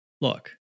Look